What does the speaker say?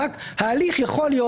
רק ההליך יכול להיות,